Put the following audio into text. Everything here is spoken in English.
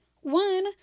One